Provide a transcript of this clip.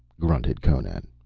grunted conan.